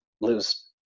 lose